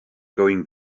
going